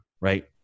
right